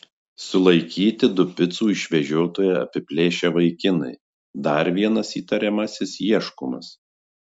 sulaikyti du picų išvežiotoją apiplėšę vaikinai dar vienas įtariamasis ieškomas